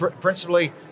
Principally